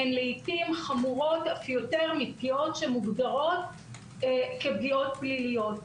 הן לעיתים חמורות אף יותר מפגיעות שמוגדרות כפגיעות פליליות.